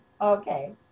Okay